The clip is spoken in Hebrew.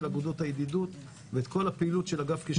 אגודות הידידות ואת כל הפעילות של אגף קשרי חוץ.